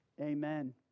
Amen